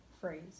phrase